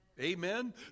Amen